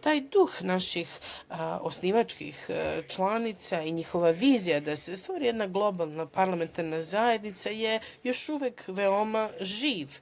Taj duh naših osnivačkih članica i njihova vizija da se stvori jedna globalna parlamentarna zajednica je još uvek veoma živ